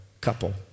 couple